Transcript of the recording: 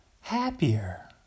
happier